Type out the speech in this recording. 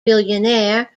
billionaire